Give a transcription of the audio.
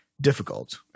difficult